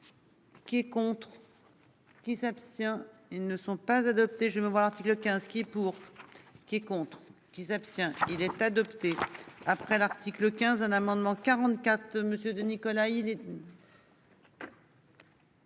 Qui est contre. Qui s'abstient. Ils ne sont pas adoptés je me voir l'article 15 qui pour. Qui est contre qui s'abstient. Il est adopté après l'article 15, un amendement 44 monsieur de Nicolas